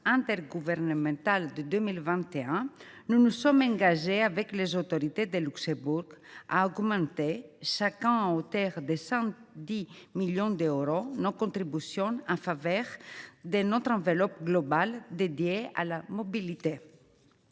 intergouvernementale de 2021, nous nous sommes engagés avec les autorités luxembourgeoises à augmenter, chacun à hauteur de 110 millions d’euros, nos contributions en faveur de notre enveloppe globale dédiée à la mobilité.